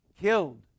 killed